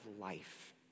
life